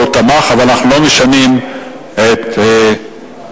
הוא תמך, אבל אנחנו לא משנים את התוצאה.